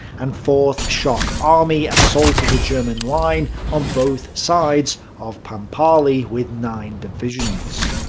and fourth shock army assaulted the german line on both sides of pampali with nine divisions.